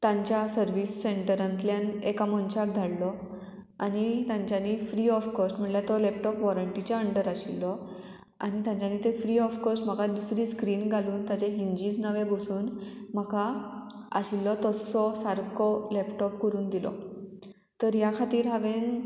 तांच्या सर्वीस सेंटरांतल्यान एका मनशाक धाडलो आनी तांच्यांनी फ्री ऑफ कॉस्ट म्हणल्यार तो लॅपटॉप वॉरंटीच्या अंडर आशिल्लो आनी तांच्यांनी ते फ्री ऑफ कॉस्ट म्हाका दुसरी स्क्रीन घालून ताचे हिंजीस नवे बसोवन म्हाका आशिल्लो तसो सारको लॅपटॉप करून दिलो तर ह्या खातीर हांवेन